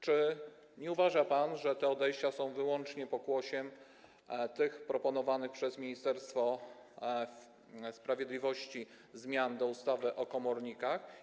Czy nie uważa pan, że te odejścia są wyłącznie pokłosiem tych proponowanych przez Ministerstwo Sprawiedliwości zmian do ustawy o komornikach?